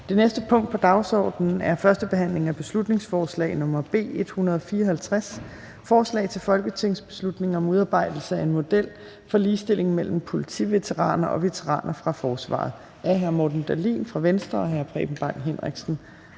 Det næste punkt på dagsordenen er: 26) 1. behandling af beslutningsforslag nr. B 154: Forslag til folketingsbeslutning om udarbejdelse af en model for ligestilling mellem politiveteraner og veteraner fra forsvaret. Af Morten Dahlin (V) og Preben Bang Henriksen